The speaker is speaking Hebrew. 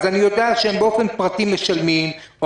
אז אני יודע שהם באופן פרטי משלמים או